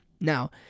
now